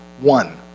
one